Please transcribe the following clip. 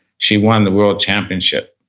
she won the world championship.